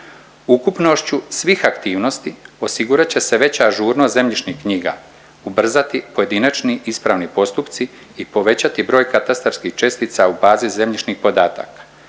Ukupnošću svih aktivnosti osigurat će se veća ažurnost zemljišnih knjiga, ubrzati pojedinačni ispravni postupci i povećati broj katastarskih čestica u bazi zemljišnih podataka.